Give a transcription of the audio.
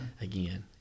again